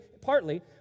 partly